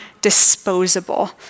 disposable